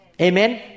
Amen